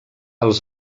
els